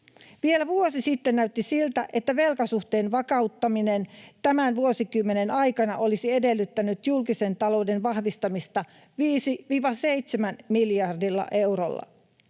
Vielä vuosi sitten näytti siltä, että velkasuhteen vakauttaminen tämän vuosikymmenen aikana olisi edellyttänyt julkisen talouden vahvistamista 5—7 miljardilla eurolla.